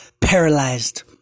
paralyzed